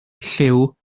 llyw